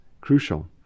crucial